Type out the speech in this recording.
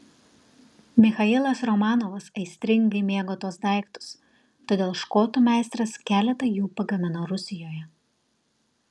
michailas romanovas aistringai mėgo tuos daiktus todėl škotų meistras keletą jų pagamino rusijoje